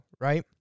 right